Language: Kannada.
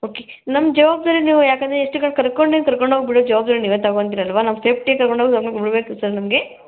ಓಕೆ ನಮ್ಮ ಜವಾಬ್ದಾರಿ ನೀವು ಯಾಕಂದರೆ ಕರ್ಕೊಂಡೋಗಿ ಬಿಡೋ ಜವಾಬ್ದಾರಿ ನೀವೇ ತಗೊತೀರಲ್ವಾ ನಾವು ಸೇಫ್ಟಿಯಾಗಿ ಕರ್ಕೊಂಡೋಗಿ ಕರ್ಕೋಬರ್ಬೇಕು ಸರ್ ನಮಗೆ